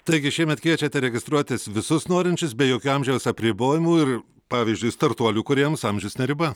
taigi šiemet kviečiate registruotis visus norinčius be jokių amžiaus apribojimų ir pavyzdžiui startuolių kūrėjams amžius ne riba